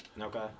Okay